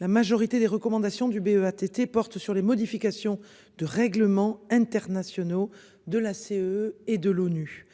La majorité des recommandations du BEAA ATT porte sur les modifications de règlements internationaux de la CE et de l'ONU